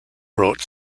brought